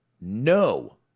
no